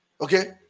okay